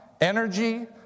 energy